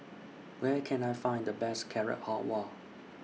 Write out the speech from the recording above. Where Can I Find The Best Carrot Halwa